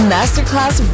Masterclass